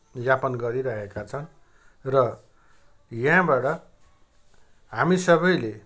यापन गरिरहेका छन् र यहाँबाट हामी सबैले